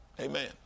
Amen